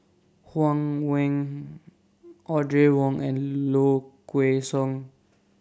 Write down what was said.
Huang Wen Audrey Wong and Low Kway Song